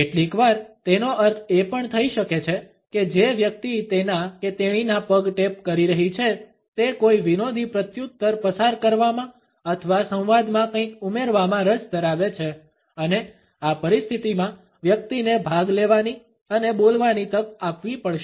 કેટલીકવાર તેનો અર્થ એ પણ થઈ શકે છે કે જે વ્યક્તિ તેના કે તેણીના પગ ટેપ કરી રહી છે તે કોઈ વિનોદી પ્રત્યુત્તર પસાર કરવામાં અથવા સંવાદમાં કંઈક ઉમેરવામાં રસ ધરાવે છે અને આ પરિસ્થિતિમાં વ્યક્તિને ભાગ લેવાની અને બોલવાની તક આપવી પડશે